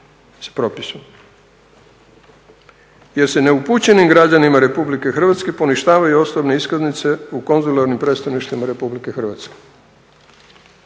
sa propisom jer se neupućenim građanima Republike Hrvatske poništavaju osobne iskaznice u konzularnim predstavništvima Republike Hrvatske